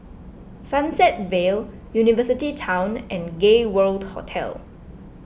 Sunset Vale University Town and Gay World Hotel